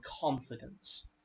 confidence